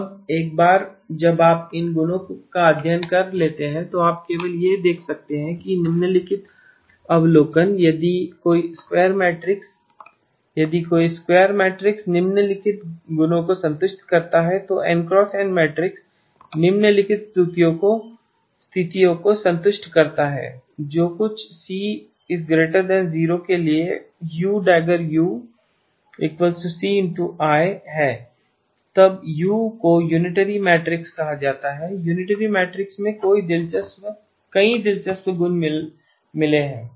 अब एक बार जब आप इन गुणों का अध्ययन कर लेते हैं तो आप केवल यह देख सकते हैं कि निम्नलिखित अवलोकन यदि कोई स्क्वायर मैट्रिक्स यदि कोई स्क्वायर मैट्रिक्स निम्नलिखित गुणों को संतुष्ट करता है तो NN मैट्रिक्स निम्न स्थितियों को संतुष्ट करता है जो कुछ C 0 के लिए U†Uc∗I है तब U को यूनिटरी कहा जाता है यूनिटरी मेट्राईसेस को कई दिलचस्प गुण मिले हैं